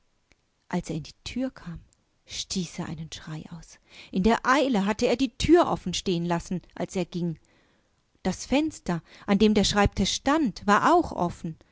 als er in die tür kam stieß er einen schrei aus in der eile hatte er die tür offen stehen lassen als er ging und das fenster an dem der schreibtisch stand war auch offen